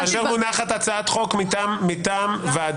כאשר מונחת הצעת חוק מטעם ועדה,